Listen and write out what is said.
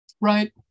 Right